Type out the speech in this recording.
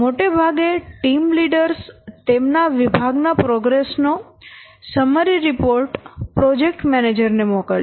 મોટે ભાગે team leaders તેમના વિભાગ ના પ્રોગ્રેસ નો સમરી રિપોર્ટ પ્રોજેકટ મેનેજર ને મોકલશે